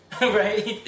Right